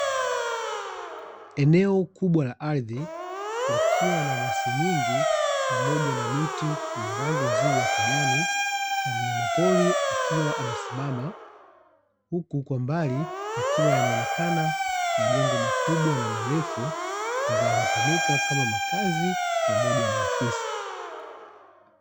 Eneo kubwa la ardhi, likiwa na nyasi nyingi pamoja na miti yenye rangi nzuri ya kijani, na mnyama pori akiwa amesimama, huku kwa mbali yakiwa yanaonekana majengo makubwa na marefu, ambayo hutumika kama makazi pamoja na ofisi.